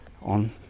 on